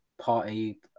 Party